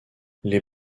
les